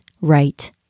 right